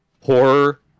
horror